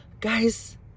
Guys